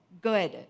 Good